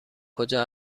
کجا